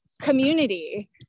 community